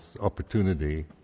opportunity